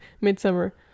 Midsummer